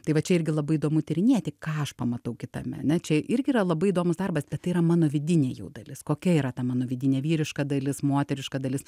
tai va čia irgi labai įdomu tyrinėti ką aš pamatau kitame ane čia irgi yra labai įdomus darbas bet tai yra mano vidinė jau dalis kokia yra ta mano vidinė vyriška dalis moteriška dalis